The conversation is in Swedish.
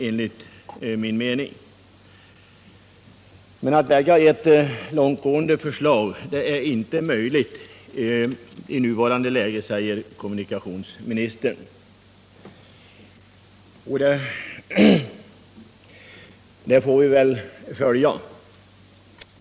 Kommunikations = gifterna ministern menar dock att det i nuvarande läge inte är möjligt att lägga fram ett mer långtgående förslag, och den bedömningen får vi väl acceptera.